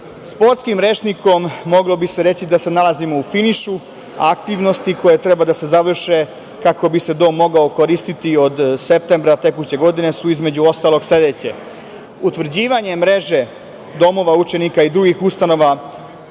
rokovima. Sportskim rečnikom, moglo bi se reći da se nalazimo u finišu aktivnosti koje treba da se završe kako bi se dom mogao koristiti od septembra tekuće godine. Te aktivnosti su, između ostalog, sledeće: utvrđivanje mreže domova učenika i drugih ustanova